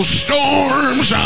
storms